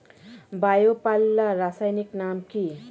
Bio পাল্লার রাসায়নিক নাম কি?